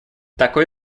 такой